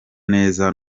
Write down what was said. neza